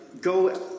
go